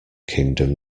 kingdom